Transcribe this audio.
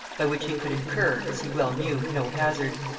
by which he could incur, as he well knew, no hazard.